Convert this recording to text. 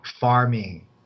farming